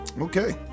Okay